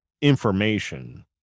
information